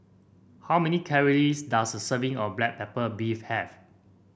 how many calories does a serving of Black Pepper Beef have